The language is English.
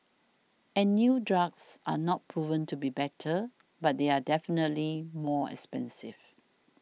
and new drugs are not proven to be better but they are definitely more expensive